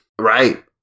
Right